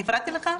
אני הפרעתי לך?